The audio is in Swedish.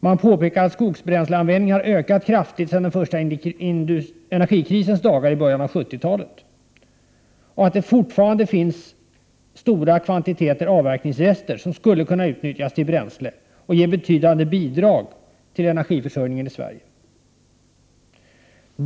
Man påpekar att skogsbränsleanvändningen har ökat kraftigt sedan energikrisens dagar i början av 70-talet och att det fortfarande finns stora kvantiteter avverkningsrester, som skulle kunna utnyttjas till bränsle och ge betydande bidrag till energiförsörjningen i Sverige.